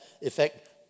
effect